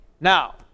Now